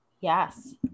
Yes